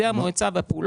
כדי שנדבר באותה שפה.